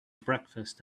breakfast